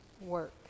work